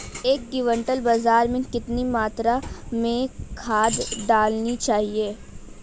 एक क्विंटल बाजरे में कितनी मात्रा में खाद डालनी चाहिए?